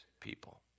people